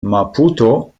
maputo